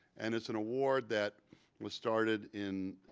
and it's an award that was started in